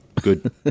Good